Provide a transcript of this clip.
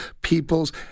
people's